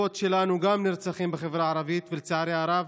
הדוברות של השר בן גביר עובד שעות